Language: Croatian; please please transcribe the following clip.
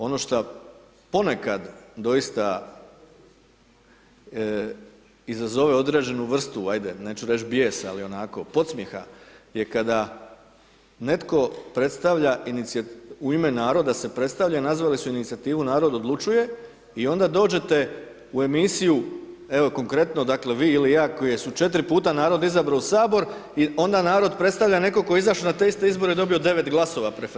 Ono što ponekad, doista, izazove određenu vrstu, ajde, neću reći bijesa, ali onako podsmijeha, je kada netko predstavlja, u ime naroda se predstavlja i nazvali su inicijativu Narod odlučuje i onda dođete u emisiju, evo konkretno, dakle, vi ili ja, koje su 4 puta narod izabrao u Sabor i onda narod predstavlja nekog tko je izašao na te iste izbora i dobio 9 glasova preferencijskih.